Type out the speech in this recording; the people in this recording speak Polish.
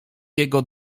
jego